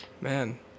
Man